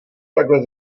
takhle